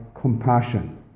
compassion